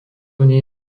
nie